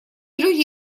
люди